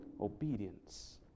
Obedience